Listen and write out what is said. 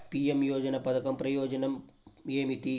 PM యోజన పధకం ప్రయోజనం ఏమితి?